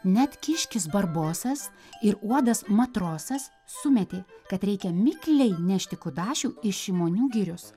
net kiškis barbosas ir uodas matrosas sumetė kad reikia mikliai nešti kudašių iš šimonių girios